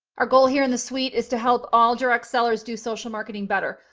our goal here in the suite is to help all direct sellers do social marketing better,